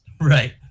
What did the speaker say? Right